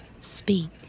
Speak